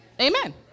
Amen